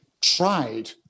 tried